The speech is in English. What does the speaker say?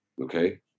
okay